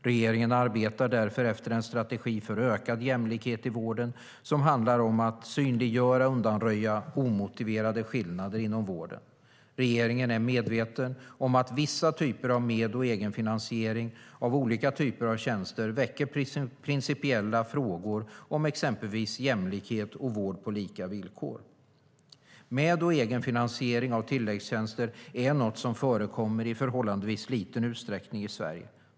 Regeringen arbetar därför efter en strategi för ökad jämlikhet i vården som handlar om att synliggöra och undanröja omotiverade skillnader inom vården. Regeringen är medveten om att vissa typer av med och egenfinansiering av olika typer av tjänster väcker principiella frågor om exempelvis jämlikhet och vård på lika villkor. Med och egenfinansiering av tilläggstjänster är något som förekommer i förhållandevis liten utsträckning i Sverige.